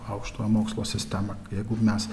aukštojo mokslo sistemą jeigu mes